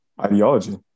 ideology